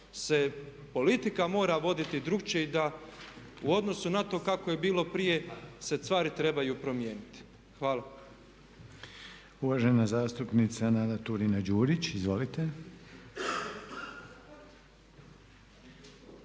se politika mora voditi drukčije i da u odnosu na to kako je bilo prije se stvari trebaju promijeniti. Hvala. **Reiner, Željko (HDZ)** Uvažena zastupnica Nada Turina-Đurić, izvolite.